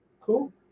cool